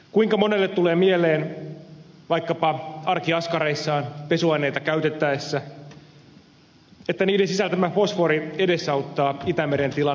kuinka monelle tulee mieleen vaikkapa arkiaskareissaan pesuaineita käytettäessä että niiden sisältämä fosfori edesauttaa itämeren tilan heikentymistä